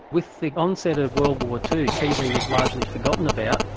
with the onset of world war two, tv was largely forgotten about,